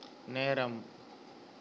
நேரம்